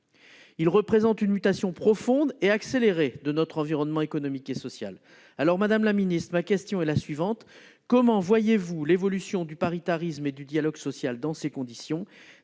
Il représente une mutation profonde et accélérée de notre environnement économique et social. Madame la secrétaire d'État, comment voyez-vous l'évolution du paritarisme et du dialogue social dans ces conditions ?